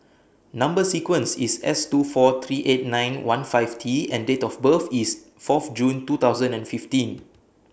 Number sequence IS S two four three eight nine one five T and Date of birth IS Fourth June two thousand and fifteen